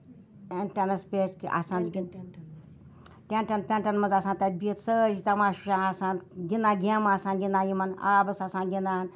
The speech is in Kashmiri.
ٹیٚنس پٮ۪ٹھ کِنۍ آسان تِم ٹینٹن منٛز آسان تِم بِہتۍ سٲری تَماشہٕ وُچھان آسان گِندان گیمہٕ آسان گِندان آبَس آسان گِندان